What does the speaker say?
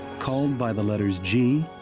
called by the letters g,